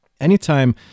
Anytime